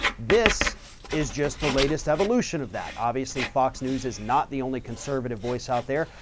this is just the latest evolution of that. obviously, fox news is not the only conservative voice out there.